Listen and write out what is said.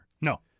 No